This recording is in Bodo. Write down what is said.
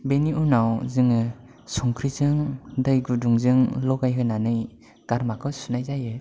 बेनि उनाव जोङो संख्रिजों दैगुदुंजों लगायहोनानै गारमाखौ सुनाय जायो